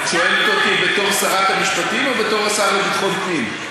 את שואלת אותי בתור שרת המשפטים או בתור השר לביטחון פנים?